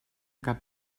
cap